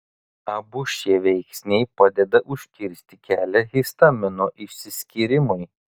abu šie veiksniai padeda užkirsti kelią histamino išsiskyrimui